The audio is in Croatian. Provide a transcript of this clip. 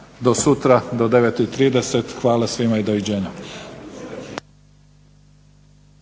do sutra do 9 i 30. Hvala svima i doviđenja.